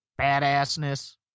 badassness